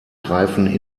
greifen